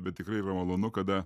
bet tikrai yra malonu kada